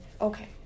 Okay